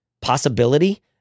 possibility